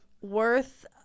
worth